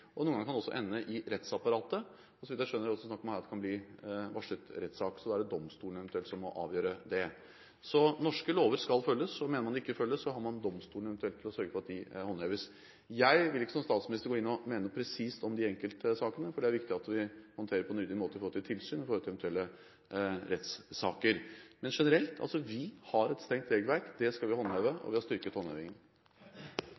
Noen ganger kan det også ende i rettsapparatet. Så vidt jeg skjønner, er det snakk om her at det kan bli varslet rettssak. Da er det domstolen som eventuelt må avgjøre. Norske lover skal følges, og mener man at de ikke følges, har man domstolene til eventuelt å sørge for at de håndheves. Jeg vil ikke som statsminister mene noe presist om de enkelte sakene, for det er viktig at vi håndterer dem på en riktig måte med tanke på tilsyn og eventuelle rettssaker. Men generelt: Vi har et strengt regelverk – det skal vi håndheve